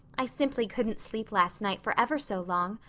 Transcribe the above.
i simply couldn't sleep last night for ever so long.